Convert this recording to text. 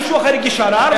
מישהו אחר הגיש ערר.